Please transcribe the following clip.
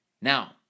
Now